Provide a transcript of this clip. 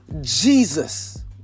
Jesus